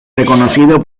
reconocido